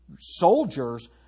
soldiers